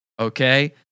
okay